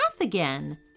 again